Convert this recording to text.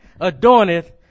adorneth